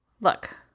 look